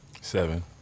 Seven